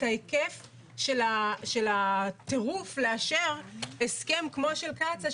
את ההיקף של הטירוף לאשר הסכם כמו של קצא"א,